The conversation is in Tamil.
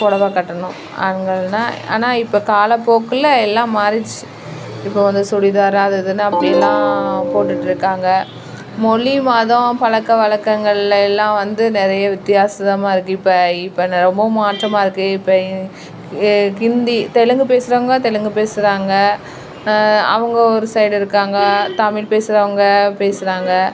பொடவை கட்டணும் ஆண்கள்னால் ஆனால் இப்போ காலப்போக்கில் எல்லாம் மாறிடுச்சு இப்போ வந்து சுடிதார் அது இது அப்படிலாம் போட்டுகிட்ருக்காங்க மொழி மதம் பழக்கவழக்கங்கள்லெலாம் வந்து நிறைய வித்தியாசமாக இருக்குது இப்போ இப்போ ரொம்ப மாற்றமாக இருக்குது இப்போ ஏ ஹிந்தி தெலுங்கு பேசுகிறவுங்க தெலுங்கு பேசுகிறாங்க அவங்க ஒரு சைடு இருக்காங்க தமிழ் பேசுகிறவங்க பேசுகிறாங்க